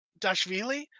Dashvili